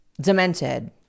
Demented